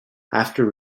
after